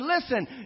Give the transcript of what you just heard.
listen